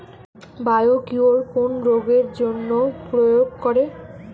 Biocure কোন রোগেরজন্য প্রয়োগ করে?